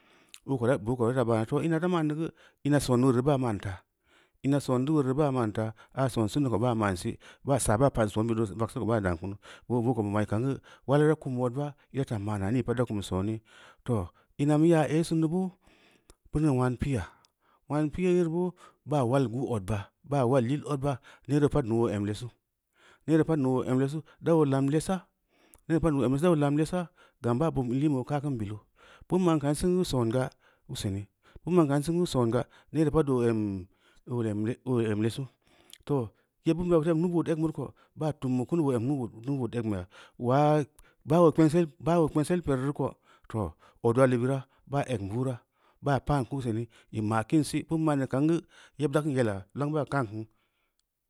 Boo ko bura Boo ko bura faa bama, too ina ra ma’n neu geu m̄a sen ueureu reu ban ma’n ta m̄a sen deu weureu reu baa ma’n taa, aa sonsin neu ko baa ma’n si ba saa baam pa’n son bid duu vagseu ko baa dan kunu, boo ko bu ma’i kam geu wal ira kum odba īra taa manaa nii pad da kum sooni. Too, ina neu yea ei sin neu boo beuneu nuuan pi’ya, noan pi’yereu boo baa wal gi odba, baa wal yil odba, neere pad neu oo em lesu, neere pad nun oo em lesu, dabo lam lesa neere pad nee oo em lesu dabo lam lesa gam bin bobm in liin beu gu soon ga, useni bīn ma’n kan singu songa, neere pad oo em lesu too yebbin bira beureu em nuu-bood egn beureu ko baa tun bu kunu ba en nuu-bood egn beya, ulaa baa oo kpensel baa oo kpensel pereu reu ho too odual bee bira ba egn bura, baa pan ki useni ī ma’ kin si ban ma’n neu kau geu yeb da kim yela long baa kam ku.